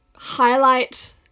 highlight